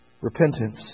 Repentance